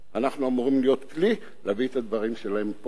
אנחנו אמורים להיות כלי להביא את הדברים שלהם פה לדיונים.